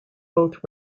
both